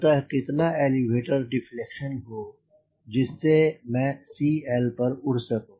अतः कितना elevator deflection हो जिससे मैं CL पर उड़ सकूं